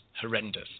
horrendous